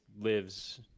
lives